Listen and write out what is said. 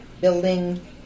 building